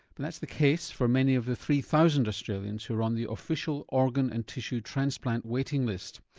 but that's the case for many of the three thousand australians who are on the official organ and tissue transplant waiting list.